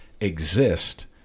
exist